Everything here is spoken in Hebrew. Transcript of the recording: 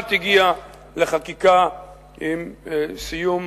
שכמעט הגיעה לחקיקה עם סיום